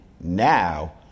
now